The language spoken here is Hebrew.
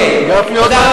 תודה.